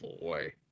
boy